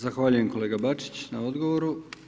Zahvaljujem kolega Bačić na odgovoru.